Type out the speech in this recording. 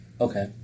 Okay